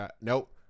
Nope